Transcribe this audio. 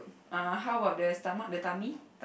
uh how about the stomach the tummy